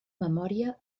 memòria